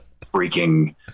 freaking